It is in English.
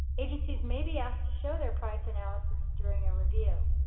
agencies may be asked to show their price analysis during a review.